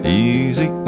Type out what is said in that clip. easy